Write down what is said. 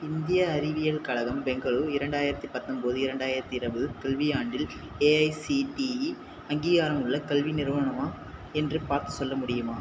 இந்திய அறிவியல் கழகம் பெங்களூரு இரண்டாயிரத்தி பத்தொம்போது இரண்டாயிரத்தி இருபது கல்வியாண்டில் ஏஐசிடிஇ அங்கீகாரமுள்ள கல்வி நிறுவனமா என்று பார்த்துச் சொல்ல முடியுமா